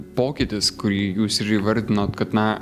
pokytis kurį jūs ir įvardinot kad na